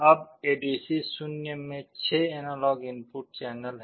अब एडीसी0 में 6 analogue input channel हैं